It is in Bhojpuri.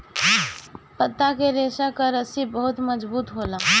पत्ता के रेशा कअ रस्सी बहुते मजबूत होला